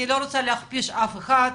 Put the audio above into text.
אני לא רוצה להכפיש אף אחד,